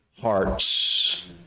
hearts